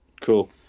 cool